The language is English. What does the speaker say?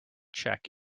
check